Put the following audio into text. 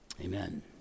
Amen